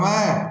समय